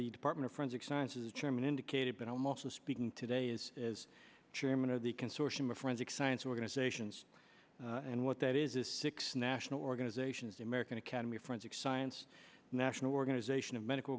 the department forensic sciences chairman indicated but i'm also speaking today is as chairman of the consortium of forensic science organizations and what that is is six national organizations the american academy forensic science national organization of medical